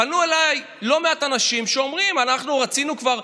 פנו אליי לא מעט אנשים שאומרים: אנחנו רצינו כבר,